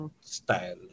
style